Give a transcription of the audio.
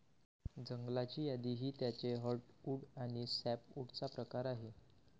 जंगलाची यादी ही त्याचे हर्टवुड आणि सॅपवुडचा प्रकार आहे